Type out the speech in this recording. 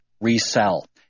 resell